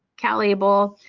calable,